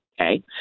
okay